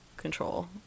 control